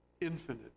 infinite